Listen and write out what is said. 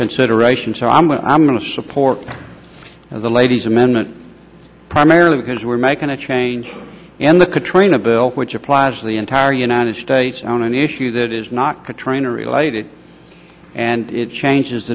consideration so i'm going i'm going to support the lady's amendment primarily because we're making a change in the katrina bill which applies to the entire united states on an issue that is not a trainer related and it changes